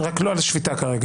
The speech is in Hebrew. רק לא על שפיטה כרגע.